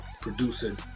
producing